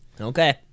okay